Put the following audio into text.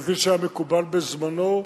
כפי שהיה מקובל בזמנו,